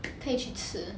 可以去吃